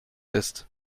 ist